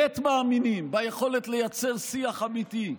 שבאמת מאמינים ביכולת לייצר שיח אמיתי,